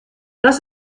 das